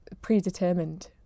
Predetermined